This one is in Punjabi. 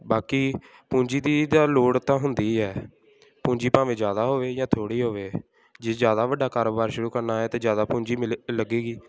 ਬਾਕੀ ਪੂੰਜੀ ਦੀ ਤਾਂ ਲੋੜ ਤਾਂ ਹੁੰਦੀ ਹੈ ਪੂੰਜੀ ਭਾਵੇਂ ਜ਼ਿਆਦਾ ਹੋਵੇ ਜਾਂ ਥੋੜ੍ਹੀ ਹੋਵੇ ਜੇ ਜ਼ਿਆਦਾ ਵੱਡਾ ਕਾਰੋਬਾਰ ਸ਼ੁਰੂ ਕਰਨਾ ਹੈ ਅਤੇ ਜ਼ਿਆਦਾ ਪੂੰਜੀ ਮਿਲੇ ਲੱਗੇਗੀ